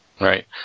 Right